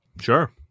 Sure